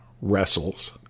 wrestles